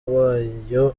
wayo